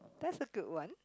that's a good one